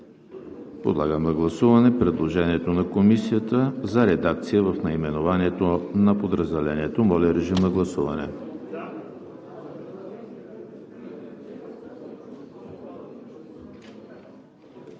Подлагам на гласуване предложението на Комисията за редакция в наименованието на подразделението. Гласували